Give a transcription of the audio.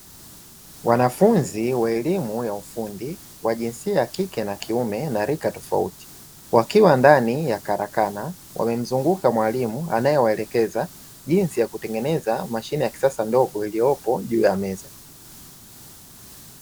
Wanafumzi wa elimu ya ufundi wa jinsia ya kike na kiume na rika tofauti wakiwa ndani ya karakana, wamemzunguka mwalimu anayewaelekeza jinsi ya kutengeneza mashine ya kisasa ndogo iliyopo juu ya meza.